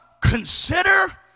consider